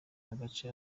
agace